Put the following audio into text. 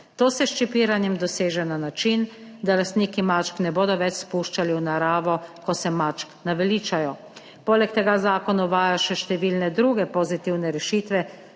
To se s čipiranjem doseže na način, da lastniki mačk ne bodo več spuščali v naravo, ko se mačk naveličajo. Poleg tega zakon uvaja še številne druge pozitivne rešitve,